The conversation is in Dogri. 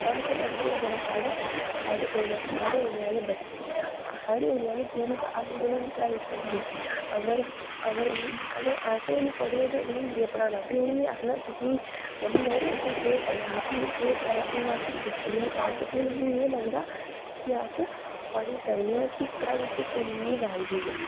अस पढ़गे ते जेह्ड़े साढ़े साढ़े औने आह्ले बच्चें साढ़ी औने आह्ली पीढ़ी ते उनेंगी पढ़ाई सकगे अगर अगर अस गे नी पढ़े दे होगे उटनेंगी केह् पढ़ाना फ्ही उटनें बी आखना तुसेंगी मम्मी डैढी तुसें केह् पढ़ेआ हा तुसेंगी केह् पढ़ाया हून अस्स पुज्जी गेदे आं कालजें हून असेंगी एह् लगदा कि अस्स पढ़ी सकने आं कि पढ़ाई च किन्नी वैल्यू ऐ